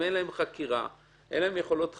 אם אין להם יכולות חקירה,